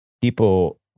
people